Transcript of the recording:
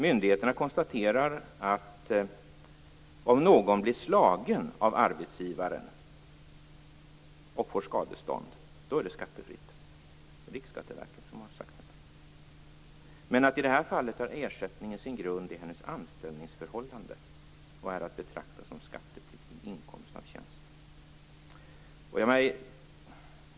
Myndigheterna konstaterar: Om någon blir slagen av arbetsgivaren och får skadestånd är det skattefritt - det är Riksskatteverket som har sagt detta - men i det här fallet har ersättningen sin grund i hennes anställningsförhållande och är att betrakta som skattepliktig inkomst av tjänst.